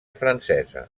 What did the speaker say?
francesa